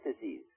disease